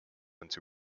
into